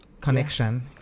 connection